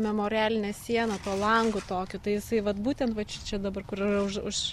memorialine siena tuo langu tokiu tai jisai vat būtent šičia dabar kur yra už už